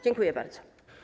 Dziękuję bardzo.